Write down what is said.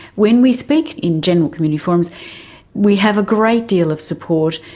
when we speak in general community forums we have a great deal of support,